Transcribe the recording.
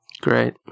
Great